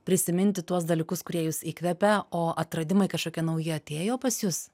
prisiminti tuos dalykus kurie jus įkvepia o atradimai kažkokie nauji atėjo pas jus